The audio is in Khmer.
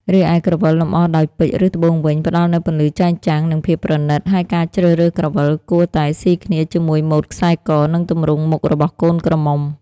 រីឯក្រវិលលម្អដោយពេជ្រ ឬត្បូងវិញ ផ្តល់នូវពន្លឺចែងចាំង និងភាពប្រណិត ហើយការជ្រើសរើសក្រវិលគួរតែស៊ីគ្នាជាមួយម៉ូតខ្សែក និងទម្រង់មុខរបស់កូនក្រមុំ។